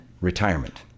retirement